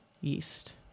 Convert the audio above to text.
yeast